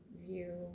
view